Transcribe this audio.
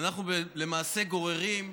ואנחנו גוררים,